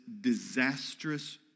disastrous